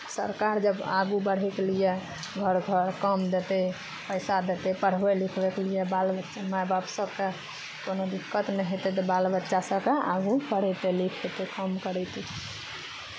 सरकार जब आगू बढ़यके लिए घर घर काम देतै पैसा देतै पढ़बै लिखबैके लिए बाल बच्चा माय बाप सभकेँ कोनो दिक्कत नहि हेतै तऽ बाल बच्चा सभके आगू पढ़यतै लिखयतै काम करयतै